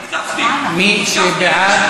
מי שבעד,